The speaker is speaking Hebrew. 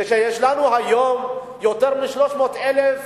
כשיש לנו היום יותר מ-300,000